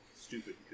stupid